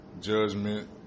Judgment